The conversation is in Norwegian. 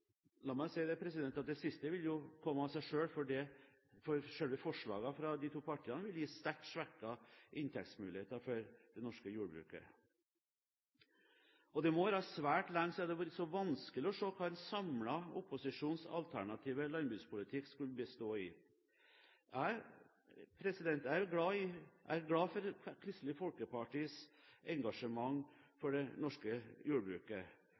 La meg si at det siste vil jo komme av seg selv, for selve forslaget fra de to partiene vil gi sterkt svekkede inntektsmuligheter for det norske jordbruket. Og det må være svært lenge siden det har vært så vanskelig å se hva en samlet opposisjons alternative landbrukspolitikk skulle bestå i. Jeg er glad for Kristelig Folkepartis engasjement for det norske jordbruket.